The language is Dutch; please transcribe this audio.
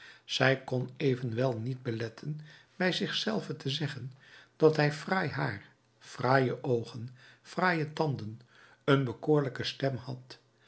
zij kon evenwel niet beletten bij zich zelve te zeggen dat hij fraai haar fraaie oogen fraaie tanden een bekoorlijke stem had